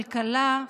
כלכלה,